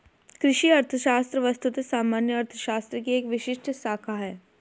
कृषि अर्थशास्त्र वस्तुतः सामान्य अर्थशास्त्र की एक विशिष्ट शाखा है